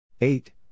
eight